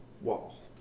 wall